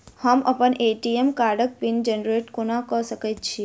हम अप्पन ए.टी.एम कार्डक पिन जेनरेट कोना कऽ सकैत छी?